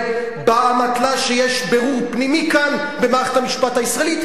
באמתלה שיש בירור פנימי כאן במערכת המשפט הישראלית,